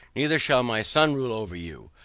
neither shall my son rule over you.